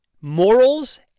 Morals